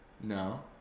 No